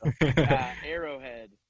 Arrowhead